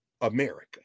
America